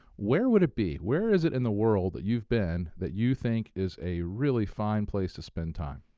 where would it be? where is it in the world that you've been that you think is a really fine place to spend time?